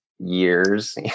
years